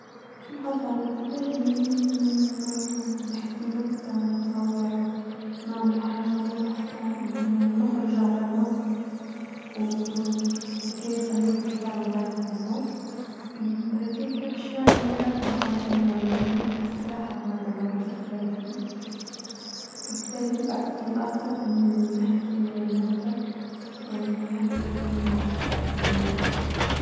بش نحافظوعلى انتباه نحن لازم نحكي نكتة نتصور نعمل حاجة مضحكة نخرج على النص ونجعلهم يتفاعلوا معي في موضوع لكي يرجوا يركزوا بعدها يعني لازمتهم استراحة بعدما عدوش مركزين وبالتالي الأقرب إني نحكي نكتة تجعلهم يركزوا.